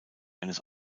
eines